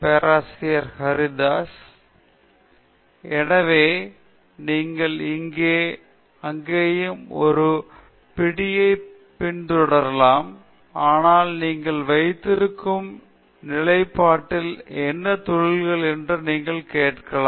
பேராசிரியர் பிரதாப் ஹரிதாஸ் எனவே நீங்கள் இங்கேயும் அங்கேயும் ஒரு பிடியைப் பின் தொடரலாம் ஆனால் நீங்கள் வைத்திருக்கும் நிலைப்பாட்டில் என்ன தொழில் என்று நீங்கள் கேட்கலாம்